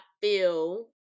feel